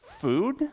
Food